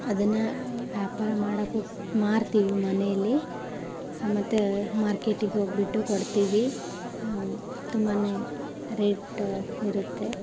ಅದನ್ನು ವ್ಯಾಪಾರ ಮಾಡೋಕ್ಕು ಮಾರ್ತೀವಿ ಮನೆಯಲ್ಲಿ ಮತ್ತು ಮಾರ್ಕೆಟಿಗೆ ಹೋಗ್ಬಿಟ್ಟು ಕೊಡ್ತೀವಿ ತುಂಬಾ ರೇಟು ಇರುತ್ತೆ